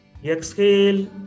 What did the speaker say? Exhale